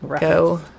go